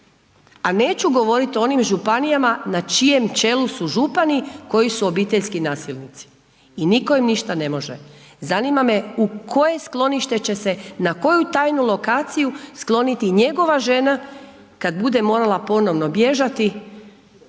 A neću govoriti o onim županijama na čijem čelu su župani koji su obiteljski nasilnici. I nitko im ništa ne može. zanima me u koje sklonište će se, na koju tajnu lokaciju skloniti njegova žena kad bude morala ponovno bježati